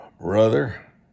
Brother